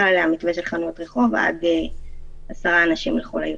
היא חנות רחוב ואז ייכנסו אליה 10 אנשים לכל היותר.